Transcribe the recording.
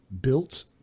built